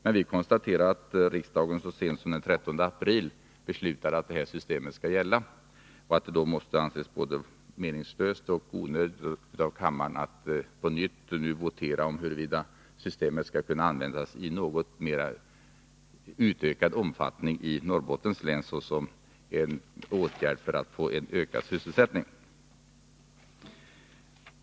Men vi konstaterar att riksdagen så sent som den 13 april beslutade att detta system skall gälla och att det därför måste anses både meningslöst och onödigt att kammaren nu på nytt voterar om huruvida systemet skall kunna användas i ökad omfattning i Norrbottens län såsom en åtgärd för att där skapa ökad sysselsättning.